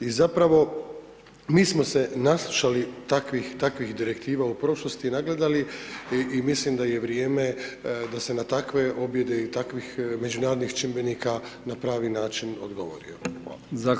I zapravo, mi smo se naslušali takvih direktiva u prošlosti i nagledali i mislim da je vrijeme da se na takve objede i takvih međunarodnih čimbenika na pravi način odgovori.